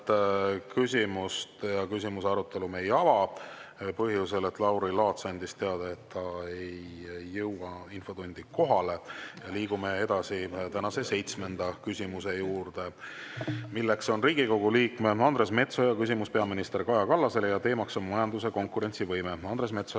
kuuenda küsimuse arutelu me ei ava, sest Lauri Laats andis teada, et ta ei jõua infotundi kohale. Liigume tänase seitsmenda küsimuse juurde. See on Riigikogu liikme Andres Metsoja küsimus peaminister Kaja Kallasele, teema on majanduse konkurentsivõime. Andres Metsoja,